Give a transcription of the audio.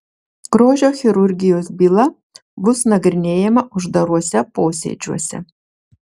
grožio chirurgijos byla bus nagrinėjama uždaruose posėdžiuose